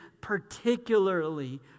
particularly